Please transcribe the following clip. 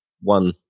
one